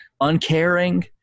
uncaring